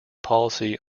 policy